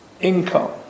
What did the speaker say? income